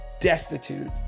destitute